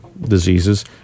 diseases